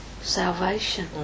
salvation